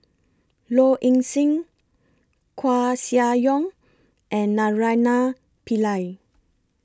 Low Ing Sing Koeh Sia Yong and Naraina Pillai